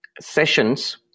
sessions